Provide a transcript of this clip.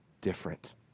different